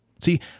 See